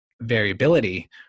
variability